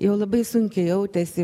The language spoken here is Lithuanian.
jau labai sunkiai jautėsi